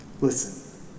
listen